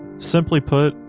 simply put,